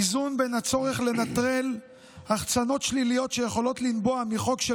איזון בין הצורך לנטרל החצנות שליליות שיכולות לנבוע מחוק של